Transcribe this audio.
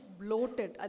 bloated